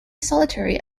solitary